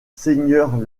seigneurs